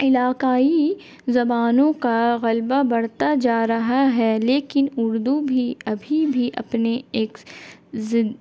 علاقائی زبانوں کا غلبہ بڑھتا جا رہا ہے لیکن اردو بھی ابھی بھی اپنے ایک